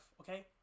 okay